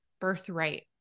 birthright